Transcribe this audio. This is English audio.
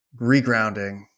regrounding